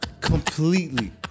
completely